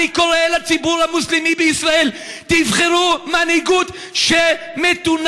אני קורא לציבור המוסלמי בישראל: תבחרו מנהיגות מתונה,